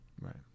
Right